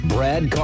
Brad